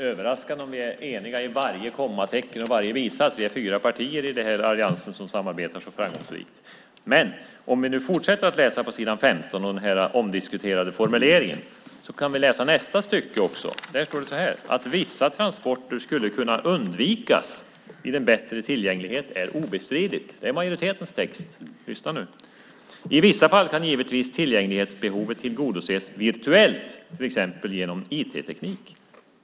Herr talman! Det vore överraskande, Peter, om vi är eniga i varje kommatecken och varje bisats. Vi är fyra partier som samarbetar så framgångsrikt i alliansen. Låt oss fortsätta att läsa på s. 15 och den omdiskuterade formuleringen. I nästa stycke framgår följande: "Att vissa transporter skulle kunna undvikas vid en bättre tillgänglighet är obestridligt." Det är majoritetens text, så lyssna nu: "I vissa fall kan givetvis tillgänglighetsbehovet tillgodoses 'virtuellt', t.ex. genom IT-teknik.